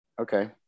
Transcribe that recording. Okay